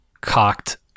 cocked